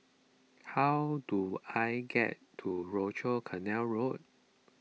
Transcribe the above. how do I get to Rochor Canal Road